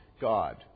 God